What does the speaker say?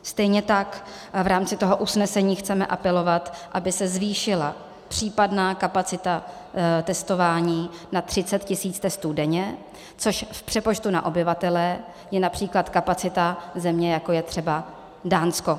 Stejně tak v rámci toho usnesení chceme apelovat, aby se zvýšila případná kapacita testování na 30 tisíc testů denně, což v přepočtu na obyvatele je například kapacita země, jako je třeba Dánsko.